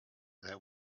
there